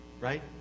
Right